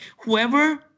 whoever